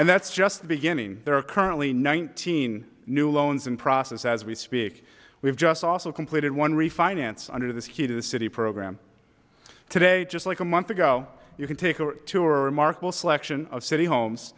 and that's just the beginning there are currently nineteen new loans in process as we speak we've just also completed one refinance under this key to the city program today just like a month ago you can take to a